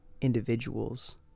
individuals